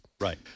Right